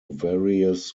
various